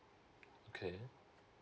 okay